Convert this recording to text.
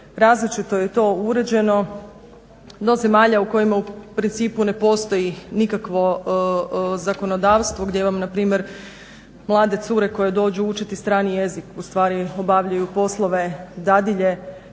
različito je to uređeno, … zemalja u kojima u principu ne postoji nikakvo zakonodavstvo gdje vam npr. mlade cure koje dođu učiti strani jezik ustvari obavljaju poslove dadilje.